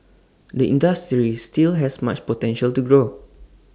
the industry still has much potential to grow